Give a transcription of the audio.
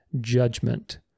judgment